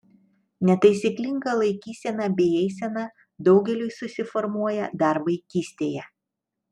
netaisyklinga laikysena bei eisena daugeliui susiformuoja dar vaikystėje